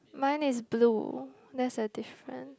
mine is blue that's a different